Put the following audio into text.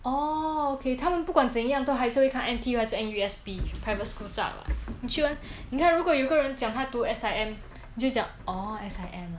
oh okay 他们不管怎样都还是会看 N_T_U 还是 N_U_S 比 private school 大 [what] 你去问你看如果有一个人讲他读 S_I_M 你就会讲 oh S_I_M ah